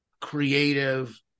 creative